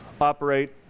operate